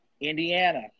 Indiana